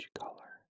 color